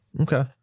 Okay